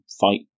fight